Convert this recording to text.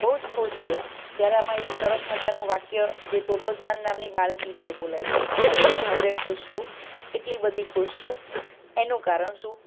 બહુ જ ખુશ છીએ ત્યારે આમાં એક સરસ મજાનું વાક્ય જે તોત્તો ચાન નામની બાળકી છે એ બોલે છે ખુશ છું રે ખુશ છું એટલી બધી ખુશ છું એનું કારણ શું